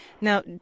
Now